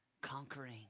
Conquering